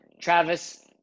Travis